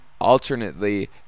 alternately